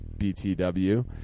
BTW